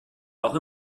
auch